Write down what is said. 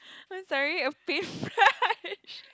I'm sorry a paintbrush